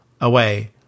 away